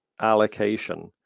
allocation